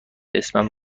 اسمم